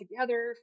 together